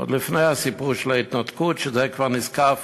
עוד לפני הסיפור של ההתנתקות, שזה כבר נזקף